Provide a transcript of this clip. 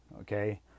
Okay